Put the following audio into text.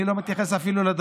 אני לא מתייחס אפילו,